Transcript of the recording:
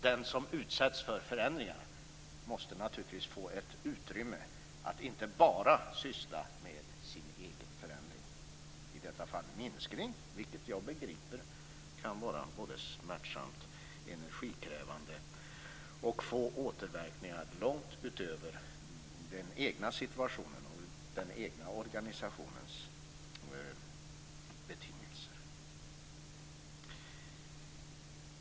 Den som utsätts för förändringarna måste få ett utrymme och inte bara syssla med sin egen förändring, i detta fall en minskning. Jag begriper att det kan vara smärtsamt, energikrävande och få återverkningar långt utöver den egna situationen och den egna organisationens betingelser.